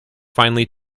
finely